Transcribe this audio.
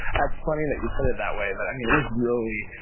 that's funny that you put it that way. but i mean, it was really,